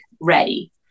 ready